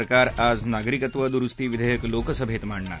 सरकार आज नागरिकत्व दुरुस्ती विधेयक लोकसभेत मांडणार